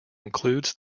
includes